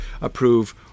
approve